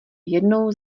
jednou